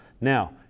Now